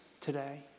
today